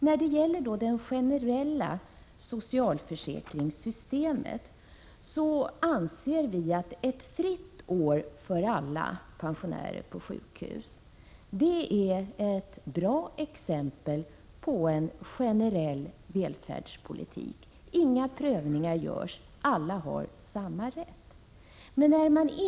När det gäller det generella socialförsäkringssystemet anser vi att ett fritt år på sjukhus för alla pensionärer är ett bra exempel på en generell välfärdspolitik. Inga prövningar görs, alla har samma rättigheter.